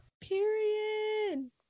Period